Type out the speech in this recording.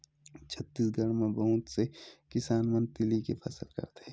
छत्तीसगढ़ म बहुत से किसान मन तिली के फसल करथे